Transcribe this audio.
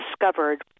discovered